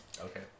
Okay